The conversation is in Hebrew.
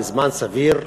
בזמן סביר,